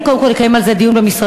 אני קודם כול אקיים על זה דיון במשרדי,